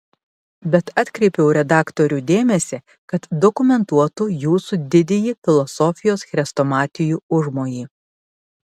bet atkreipiau redaktorių dėmesį kad dokumentuotų jūsų didįjį filosofijos chrestomatijų užmojį